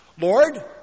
Lord